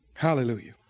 Hallelujah